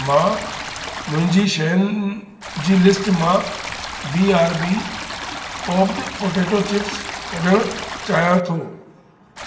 मां मुंहिंजी शयुनि जी लिस्ट मां B R B popped potato chips कढण चाहियां थो